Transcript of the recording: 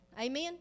Amen